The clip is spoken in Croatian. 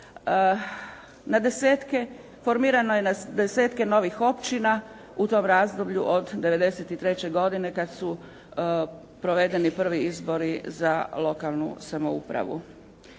samouprave. Formirano je na desetke novih općina u tom razdoblju od '93. godine kad su provedeni prvi izbori za lokalnu samoupravu.